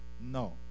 No